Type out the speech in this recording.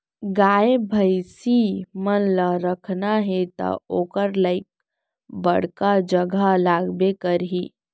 गाय भईंसी मन ल राखना हे त ओकर लाइक बड़का जघा लागबे करही